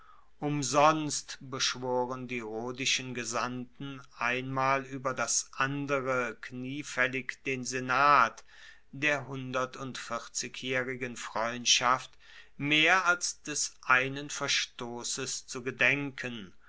umsonst beschworen die rhodischen gesandten einmal ueber das andere kniefaellig den senat der hundertundvierzigjaehrigen freundschaft mehr als des einen verstosses zu gedenken